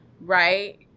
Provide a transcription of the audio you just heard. Right